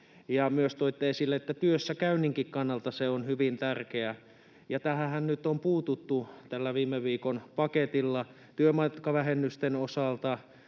myös toitte esille, että työssäkäynninkin kannalta se on hyvin tärkeä. Tähänhän nyt on puututtu tällä viime viikon paketilla. Työmatkavähennysten osalta